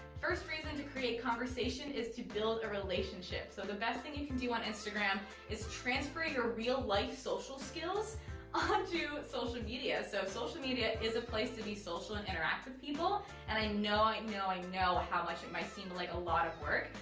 first reason to create conversation is to build a relationship, so the best thing you can do on instagram is transfer your real life social skills onto social media, so social media is a place to be social and interact with people and i know, i know, i know how much it might seem like a lot of work,